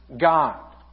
God